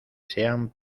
sean